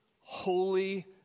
holy